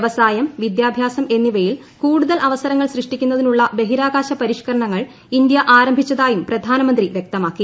വ്യവസായം വിദ്യാഭ്യാസം എന്നിവയിൽ കൂടുതൽ അവസരങ്ങൾ സൃഷ്ടിക്കുന്നതിനുള്ള ബഹിരാകാശ പരിഷ് കരണങ്ങൾ ഇന്ത്യ ആരംഭിച്ചതായും പ്രധാനമന്ത്രി വ്യക്തമാക്കി